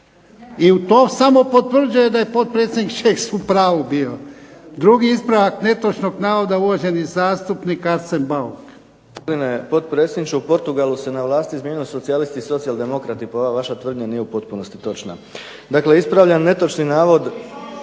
I to samo potvrđuje da je potpredsjednik Šeks u pravu bio. Drugi ispravak netočnog navoda uvaženi zastupnik Arsen Bauk.